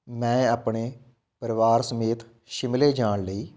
ਮੈਂ ਆਪਣੇ ਪਰਿਵਾਰ ਸਮੇਤ ਸ਼ਿਮਲੇ ਜਾਣ ਲਈ